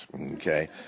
okay